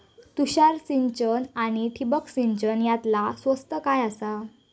तुषार सिंचन आनी ठिबक सिंचन यातला स्वस्त काय आसा?